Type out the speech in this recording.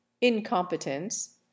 incompetence